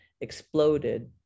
exploded